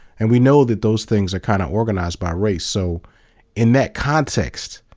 and we know that those things are kind of organized by race. so in that context,